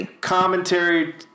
commentary